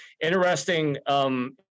Interesting